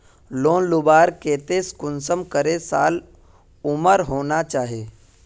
Loan लुबार केते कुंसम करे साल उमर होना चही?